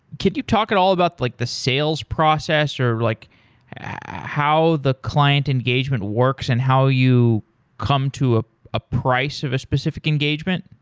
could you talk at all about like the sales process, or like how the client engagement works, and how you come to ah a price of a specific engagement?